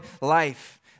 life